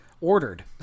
ordered